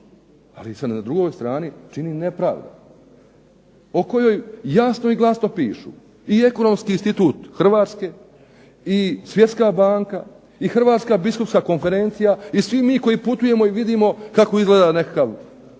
Ali se na drugoj strani čini nepravda o kojoj jasno i glasno pišu i Ekonomski institut Hrvatske i Svjetska banka i Hrvatska biskupska konferencija i svi mi koji putujemo i vidimo kako izgleda nekakav